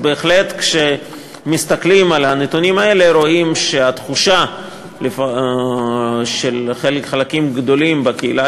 אז כשמסתכלים על הנתונים האלה רואים שהתחושה של חלקים גדולים בקהילה